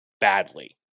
badly